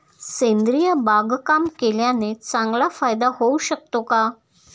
सेंद्रिय बागकाम केल्याने चांगला फायदा होऊ शकतो का?